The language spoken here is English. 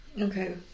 Okay